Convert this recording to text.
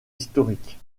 historiques